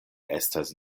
estas